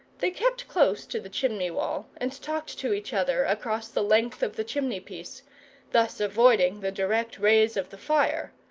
they kept close to the chimney-wall, and talked to each other across the length of the chimney-piece thus avoiding the direct rays of the fire,